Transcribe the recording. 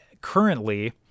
currently